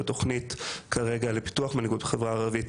שהתוכנית לפיתוח מנהיגות בחברה הערבית,